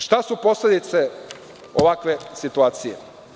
Šta su posledice ovakve situacije?